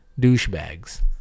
douchebags